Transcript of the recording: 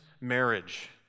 marriage